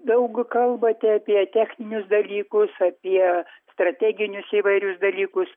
daug kalbate apie techninius dalykus apie strateginius įvairius dalykus